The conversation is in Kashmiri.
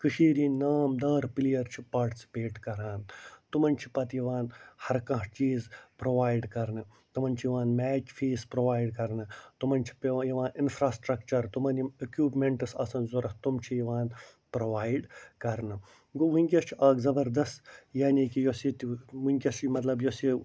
کٔشیٖرِ ہِنٛدی نام دار پلیر چھِ پارٹسِپیٹ کَران تِمن چھِ پتہٕ یِوان ہر کانٛہہ چیٖز پرٛووایڈ کرنہٕ تِمن چھُ یِوان میچ فیٖس پرٛووایڈ کرنہٕ تِمن چھُ پیٚوان یِوان اِنفرٛاسٹرکچر تِمن یِم اِکیٛوٗمیٚنٹٕس آسن ضروٗرت تِم چھِ یِوان پرٛووایڈ کرنہٕ گوٚو وُنٛکیٚس چھِ اَکھ زبردست یعنے کہِ یۄس ییٚتہِ وُنٛکیٚس چھُ یہِ مطلب یۄس یہِ